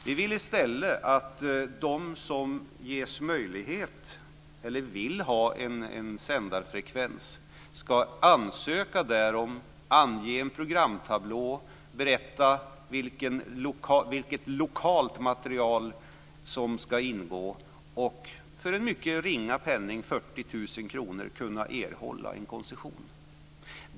Vi vill i stället att de som vill ha en sändarfrekvens ska ansöka därom, ange en programtablå, berätta vilket lokalt material som ska ingå och för en mycket ringa penning, 40 000 kr, kunna erhålla en koncession.